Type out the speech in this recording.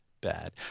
bad